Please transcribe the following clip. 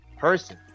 person